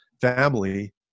family